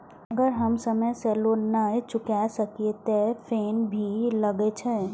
अगर हम समय से लोन ना चुकाए सकलिए ते फैन भी लगे छै?